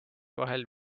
vahel